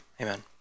amen